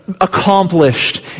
accomplished